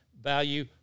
value